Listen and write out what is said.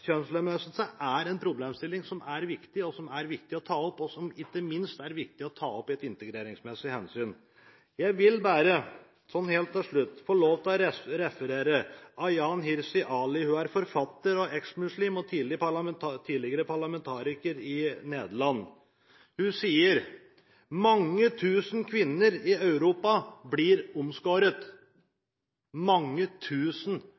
kjønnslemlestelse. Kjønnslemlestelse er en problemstilling som er viktig å ta opp, ikke minst med hensyn til det integreringsmessige. Jeg vil bare helt til slutt få lov til å referere til Ayaan Hirsi Ali. Hun er forfatter, eksmuslim og tidligere parlamentariker i Nederland. Hun sier at mange tusen kvinner i Europa blir